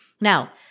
Now